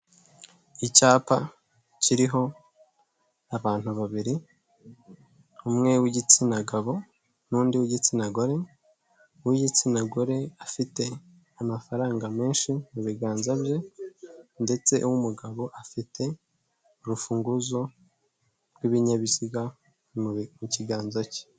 Icyapa kiriho abantu babiri, umwe w'igitsina gabo n'undi w'igitsina gore, uw'igitsina gore afite amafaranga menshi mu biganza bye ndetse uw'umugabo afite urufunguzo rw'ibinyabiziga mu kiganza cye.